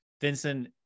Vincent